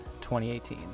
2018